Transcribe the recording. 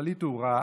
השליט הוא רע